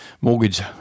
mortgage